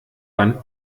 wand